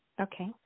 Okay